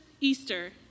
Easter